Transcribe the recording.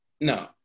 No